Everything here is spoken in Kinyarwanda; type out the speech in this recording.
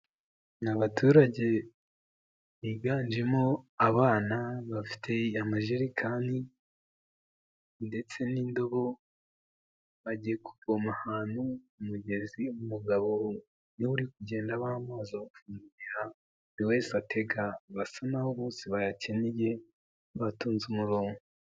N'abaturage biganjemo abana bafite amajerikani, ndetse n'indobo bagiye kuvoma ahantu k'umugezi, umugabo ni we uri kugenda abaha amazi buri wese atega basa n'aho bose bayakeneye batonze umurongo.